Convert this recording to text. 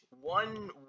one